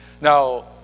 Now